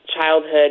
childhood